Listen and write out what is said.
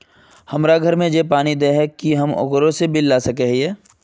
हमरा घर में जे पानी दे है की हम ओकरो से बिल ला सके हिये?